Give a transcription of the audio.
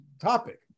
topic